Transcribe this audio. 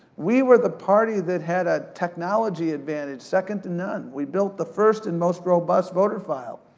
we were the party that had a technology advantage, second to none, we built the first and most robust voter file,